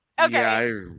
Okay